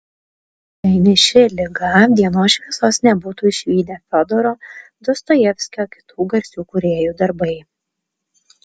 jei ne ši liga dienos šviesos nebūtų išvydę fiodoro dostojevskio kitų garsių kūrėjų darbai